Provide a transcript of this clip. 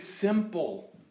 simple